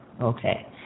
okay